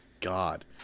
God